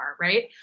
right